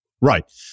Right